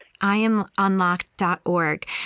iamunlocked.org